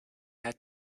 had